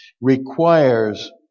requires